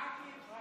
כמה ח"כים היו